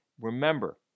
Remember